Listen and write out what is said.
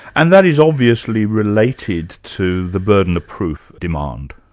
and that is obviously related to the burden of proof demand.